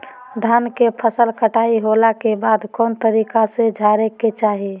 धान के फसल कटाई होला के बाद कौन तरीका से झारे के चाहि?